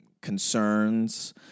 concerns